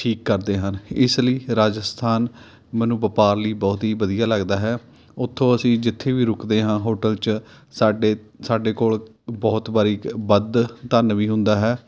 ਠੀਕ ਕਰਦੇ ਹਨ ਇਸ ਲਈ ਰਾਜਸਥਾਨ ਮੈਨੂੰ ਵਪਾਰ ਲਈ ਬਹੁਤ ਹੀ ਵਧੀਆ ਲੱਗਦਾ ਹੈ ਉੱਥੋਂ ਅਸੀਂ ਜਿੱਥੇ ਵੀ ਰੁਕਦੇ ਹਾਂ ਹੋਟਲ 'ਚ ਸਾਡੇੇ ਸਾਡੇ ਕੋਲ ਬਹੁਤ ਵਾਰੀ ਵੱਧ ਧਨ ਵੀ ਹੁੰਦਾ ਹੈ